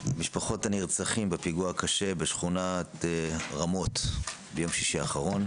מעומק הלב למשפחות הנרצחים בפיגוע הקשה בשכונת רמות ביום שישי האחרון